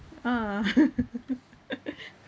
ah